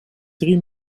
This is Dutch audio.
drie